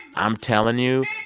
i'm telling you,